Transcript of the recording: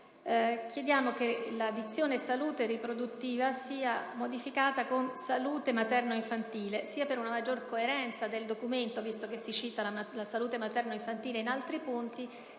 Chiediamo che le parole: «salute riproduttiva» siano sostituite dalle altre: «salute materno-infantile» sia per una maggiore coerenza del documento, visto che si cita la salute materno-infantile in altri punti,